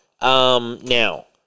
Now